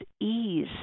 ease